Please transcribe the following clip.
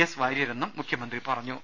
S Warrier എന്നും മുഖ്യമന്ത്രി പറഞ്ഞു